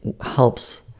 helps